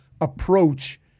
approach